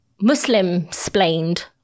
Muslim-splained